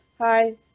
hi